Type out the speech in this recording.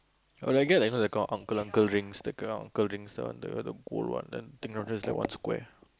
or can like those kind of uncle uncle rings the kind of uncle rings that one the gold one then the thing just like one square